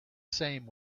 same